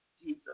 Jesus